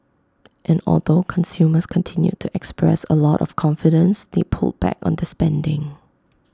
and although consumers continued to express A lot of confidence they pulled back on their spending